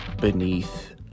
beneath